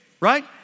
right